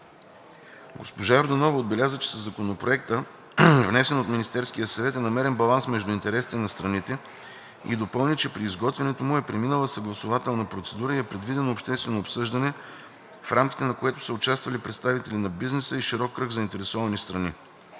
Госпожа Йорданова отбеляза, че със Законопроекта, внесен от Министерския съвет, е намерен баланс между интересите на страните и допълни, че при изготвянето му е преминала съгласувателна процедура и е проведено обществено обсъждане, в рамките на което са участвали представители на бизнеса и широк кръг заинтересовани страни.